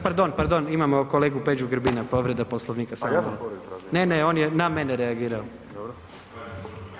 Pardon, pardon, imamo kolegu Peđu Grbina, povreda Poslovnika [[Upadica iz klupe: Pa ja sam povredu tražio]] Ne, ne, on je na mene reagirao